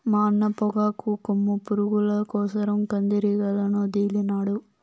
మా అన్న పొగాకు కొమ్ము పురుగుల కోసరం కందిరీగలనొదిలినాడు